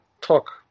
Talk